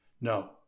No